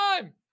time